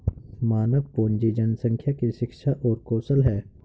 मानव पूंजी जनसंख्या की शिक्षा और कौशल है